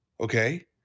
Okay